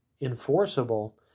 enforceable